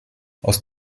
aus